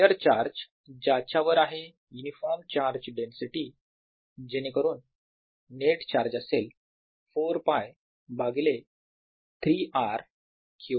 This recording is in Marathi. स्पियर चार्ज ज्याच्या वर आहे युनिफॉर्म चार्ज डेन्सिटी जेणेकरून नेट चार्ज असेल 4 π भागिले 3 r क्यूब गुणिले ρ